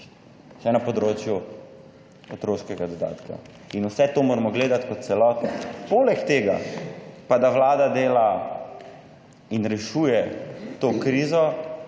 še na področju otroškega dodatka in vse to moramo gledati kot celoto. Poleg tega pa, da Vlada dela in rešuje to krizo,